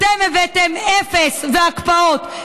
אתם הבאתם אפס והקפאות,